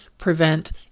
prevent